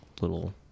little